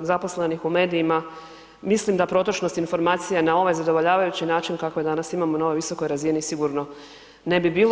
zaposlenih u medijima, mislim da protočnost informacija na ovaj zadovoljavajući način kakav danas imamo na ovoj visokoj razini sigurno ne bi bilo.